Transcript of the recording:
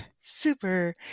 Super